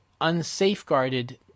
unsafeguarded